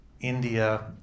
India